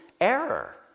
error